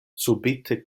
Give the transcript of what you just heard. subite